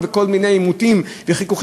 ויש כל מיני עימותים וחיכוכים.